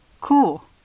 Cool